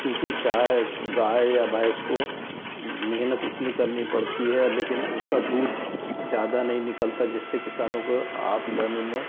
चूँकि चाय गाय या भैंस को मेहनत उतनी करनी पड़ती है लेकिन उसका दूध ज़्यादा नहीं निकलता जिससे किसानों को आमदनी में